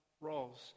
roles